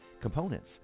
Components